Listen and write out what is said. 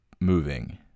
moving